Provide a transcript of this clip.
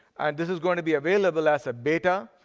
and this is going to be available as a beta.